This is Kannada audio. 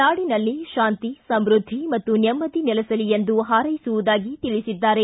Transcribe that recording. ನಾಡಿನಲ್ಲಿ ಶಾಂತಿ ಸಮೃದ್ಧಿ ಮತ್ತು ನೆಮ್ಮದಿ ನೆಲೆಸಲಿ ಎಂದು ಹಾರೈಸುವುದಾಗಿ ತಿಳಿಸಿದ್ದಾರೆ